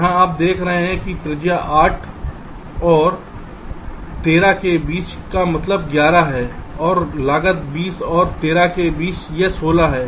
जहाँ आप देख रहे हैं कि त्रिज्या 8 और 13 के बीच का मतलब 11 है और लागत 20 और 13 के बीच है यह 16 है